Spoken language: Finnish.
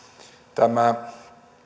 tämä